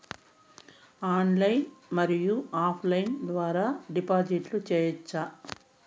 Online మరియు offline ద్వారా డిపాజిట్లు సేయొచ్చా?